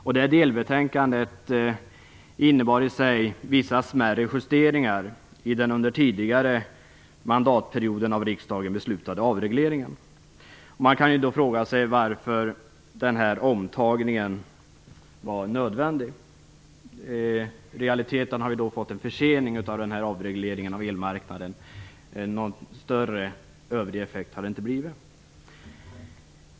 I det föreslogs vissa smärre justeringar i den tidigare av riksdagen under mandatperioden beslutade avregleringen. Man kan då fråga varför denna omtagning är nödvändig. I realiteten har vi fått en försening av avregleringen av elmarknaden. Någon större övrig effekt har inte uppkommit.